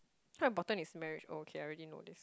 how important is marriage oh okay I already know this